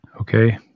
Okay